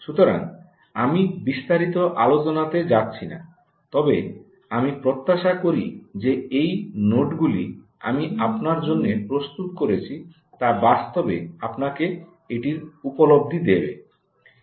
সুতরাং আমি বিস্তারিত আলোচনা তে যাচ্ছি না তবে আমি প্রত্যাশা করি যে এই নোটগুলি আমি আপনার জন্য প্রস্তুত করছি তা বাস্তবে আপনাকে এটির উপলব্ধি দেবে